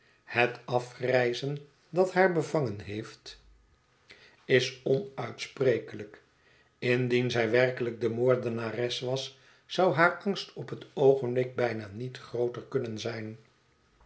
indien zij werkelijk de moordenares was zou haar angst op het oogenblik bijna niet grooter kunnen zijn